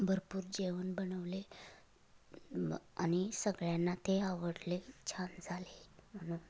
भरपूर जेवण बनवले आणि सगळ्यांना ते आवडले छान झाले म्हणून